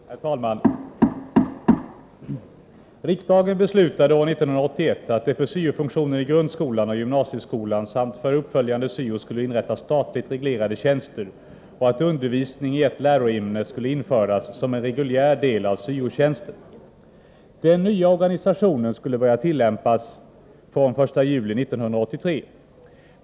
Herr talman! Riksdagen beslutade år 1981 att det för syo-funktionen i grundskolan och gymnasieskolan samt för kommunal vuxenutbildning skulle inrättas statligt reglerade tjänster och att undervisning i ett läroämne skulle införas som en reguljär del av syo-tjänsten. Den nya organisationen skulle börja tillämpas från den 1 juli 1983.